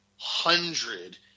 hundred